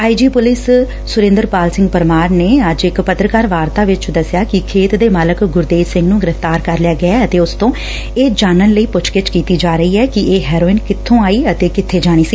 ਆਈ G police Surinder Pal Singh Parmar ਨੇ ਅੱਜ ਇਕ ਪਤਰਕਾਰ ਵਾਰਤਾ ਵਿਚ ਦਸਿਆ ਕਿ ਖੇਤ ਦੇ ਮਾਲਕ ਗੁਰਦੇਵ ਸਿੰਘ ਨੂੰ ਗੁਫ਼ਤਾਰ ਕਰ ਲਿਆ ਗਿਐ ਅਤੇ ਉਸ ਤੋਂ ਇਹ ਜਾਨਣ ਲਈ ਪੁੱਛਗਿੱਛ ਕੀਤੀ ਜਾ ਰਹੀ ਐ ਕਿ ਇਹ ਹੈਰੋਇਨ ਕਿਥੋ ਆਈ ਅਤੇ ਕਿੱਥੇ ਜਾਣੀ ਸੀ